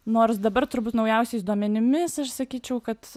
nors dabar turbūt naujausiais duomenimis aš sakyčiau kad